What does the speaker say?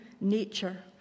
nature